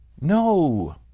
no